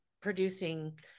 producing